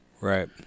Right